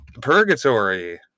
Purgatory